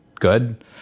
good